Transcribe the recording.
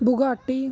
Bugatti